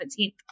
17th